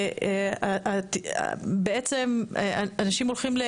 בעצם אנשים הולכים,